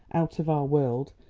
out of our world,